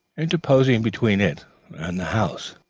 interposing between it and the house.